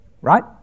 right